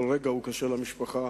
כל רגע הוא קשה למשפחה,